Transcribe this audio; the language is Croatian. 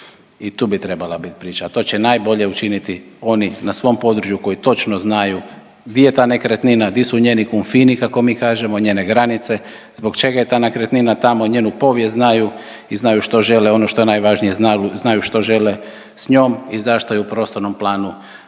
i tu bi trebala biti priča, a to će najbolje učiniti oni na svom području koji točno znaju di je ta nekretnina, di su njeni kunfini, kako mi kažemo, njene granice, zbog čega je ta nekretnina tamo, njenu povijest znaju i znaju što žele, ono što je najvažnije, znaju što žele s njom i zašto je u prostornom planu